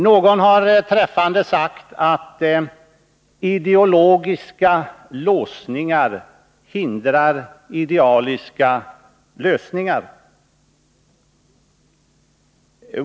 Någon har träffande sagt att ideologiska låsningar hindrar idealiska lösningar.